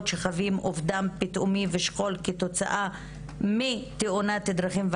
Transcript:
שחוות אובדן פתאומי ושכול כתוצאה מתאונת דרכים,